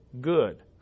good